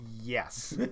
Yes